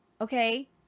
Okay